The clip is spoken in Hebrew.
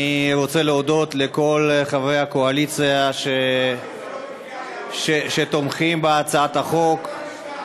אני רוצה להודות לכל חברי הקואליציה שתומכים בהצעת החוק.